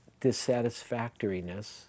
dissatisfactoriness